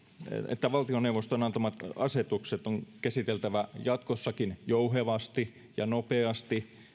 että valtioneuvoston antamat asetukset on käsiteltävä jatkossakin jouhevasti ja nopeasti